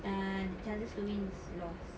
err the chances to win is lost